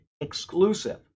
exclusive